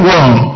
one